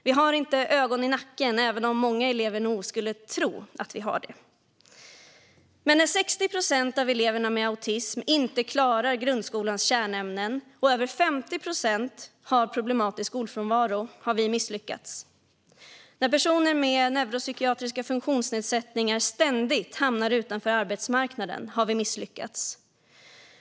Vi har inte ögon i nacken, även om många elever nog skulle tro att vi har det. Men när 60 procent av eleverna med autism inte klarar grundskolans kärnämnen och över 50 procent har problematisk skolfrånvaro har vi misslyckats. När personer med neuropsykiatriska funktionsnedsättningar ständigt hamnar utanför arbetsmarknaden har vi misslyckats.